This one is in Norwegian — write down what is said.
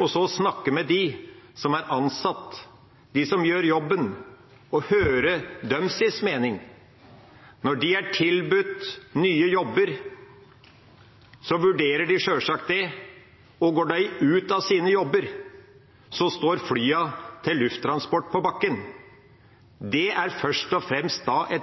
og så snakke med de ansatte, de som gjør jobben, og høre deres mening. Når de er tilbudt nye jobber, vurderer de sjølsagt det, og går de ut av sine jobber, så står flyene til Lufttransport på bakken. Dette er et